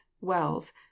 wells